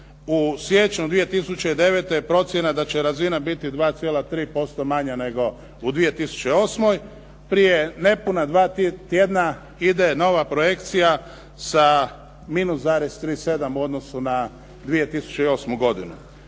U siječnju 2009. je procjena da će razina biti 2,3% manja nego u 2008. Prije nepuna dva tjedna ide nova projekcija sa minus zarez 37 u odnosu na 2008. godinu.